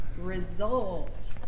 result